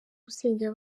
gusengera